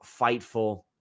Fightful